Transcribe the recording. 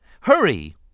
Hurry